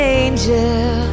angel